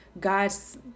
God's